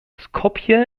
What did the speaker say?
skopje